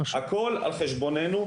הכל על חשבוננו.